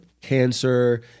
cancer